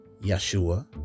Yeshua